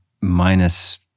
minus